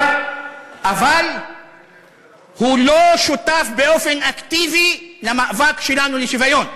אבל הוא לא שותף באופן אקטיבי למאבק שלנו לשוויון.